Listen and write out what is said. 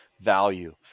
value